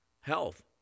Health